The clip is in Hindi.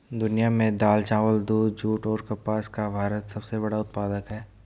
दुनिया में दाल, चावल, दूध, जूट और कपास का भारत सबसे बड़ा उत्पादक है